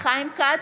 חיים כץ,